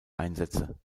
einsätze